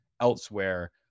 elsewhere